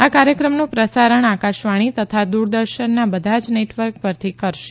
આ કાર્યક્રમનું પ્રસારણ આકાશવાણી તથા દૂરદર્શનના બધા જ નેટવર્ક પરથી કરશે